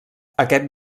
aquest